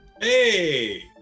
Hey